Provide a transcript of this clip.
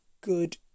good